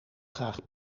graag